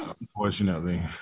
Unfortunately